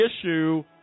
issue